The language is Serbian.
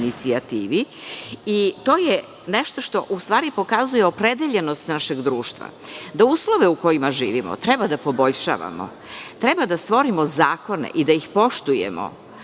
inicijativi. To je nešto što u stvari pokazuje opredeljenost našeg društva da uslove u kojima živimo treba da poboljšavamo. Treba da stvorimo zakone i da ih poštujemo